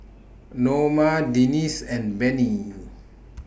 Noma Denese and Bennie